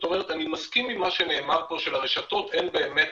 אני מסכים עם מה שנאמר פה שלרשתות אין באמת